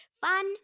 Fun